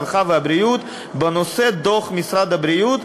הרווחה והבריאות בנושא דוח משרד הבריאות